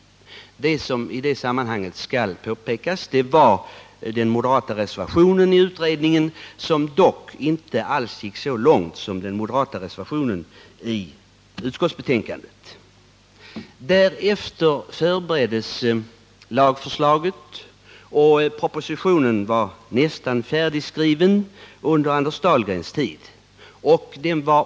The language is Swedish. I sammanhanget bör påpekas att den moderata reservationen i utredningen inte alls gick så långt som moderaternas reservation till utskottsbetänkandet. Propositionen var nästan färdigskriven under Anders Dahlgrens tid som jordbruksminister.